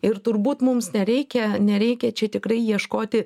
ir turbūt mums nereikia nereikia čia tikrai ieškoti